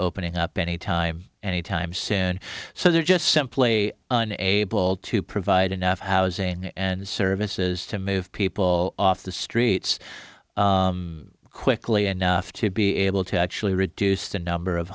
opening up any time any time soon so they're just simply an able to provide enough housing and services to move people off the streets quickly enough to be able to actually reduce the number of